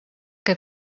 que